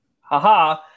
haha